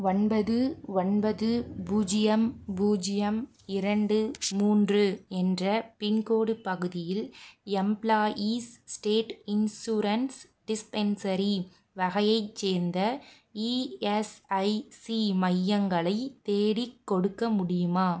ஒன்பது ஒன்பது பூஜ்ஜியம் பூஜ்ஜியம் இரண்டு மூன்று என்ற பின்கோட் பகுதியில் எம்ப்ளாயீஸ் ஸ்டேட் இன்சூரன்ஸ் டிஸ்பென்சரி வகையைச் சேர்ந்த இஎஸ்ஐசி மையங்களை தேடிக்கொடுக்க முடியுமா